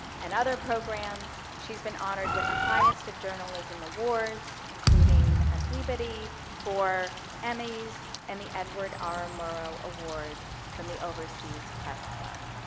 and other programs, she's been honored with the highest of journalism awards, including a peabody for emmys and the edward r. murrow award from the overseas press club.